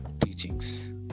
teachings